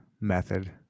method